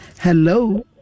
Hello